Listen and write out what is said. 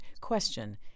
Question